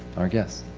our guest.